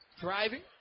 Driving